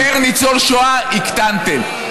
פר ניצול שואה, הקטנתם.